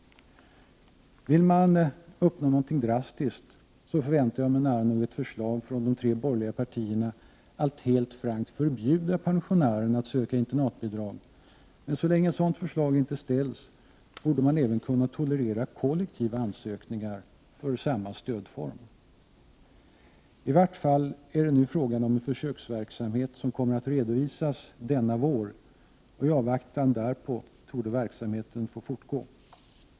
Vill man uppnå någonting drastiskt förväntar jag mig nära nog ett förslag från de tre borgerliga partierna att man helt frankt skall förbjuda pensionärerna att söka internatbidrag. Så länge ett sådant förslag inte ställs borde man kunna tolerera även kollektiva ansökningar för samma stödform. I varje fall är det nu fråga om en försöksverksamhet som kommer att redovisas denna vår. I avvaktan därpå torde verksamheten få fortgå.